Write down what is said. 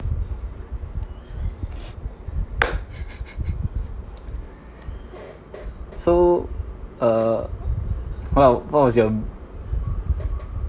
so uh what what was your